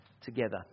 together